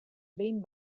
behin